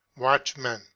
Watchmen